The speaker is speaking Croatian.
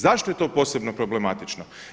Zašto je to posebno problematično?